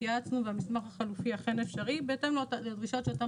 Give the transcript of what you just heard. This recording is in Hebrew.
התייעצנו והמסמך החלופי אכן אפשרי בהתאם לדרישות שתיתן